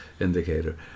indicator